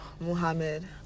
Muhammad